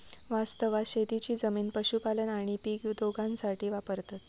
वास्तवात शेतीची जमीन पशुपालन आणि पीक दोघांसाठी वापरतत